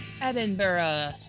Edinburgh